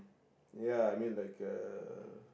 ya I mean like uh